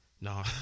no